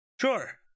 Sure